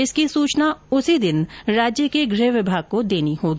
इसकी सूचना उसी दिन राज्य के गृह विमाग को देनी होगी